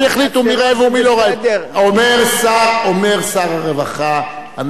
אומר שר הרווחה: אנחנו נתייחס נקודתית,